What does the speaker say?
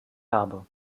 habe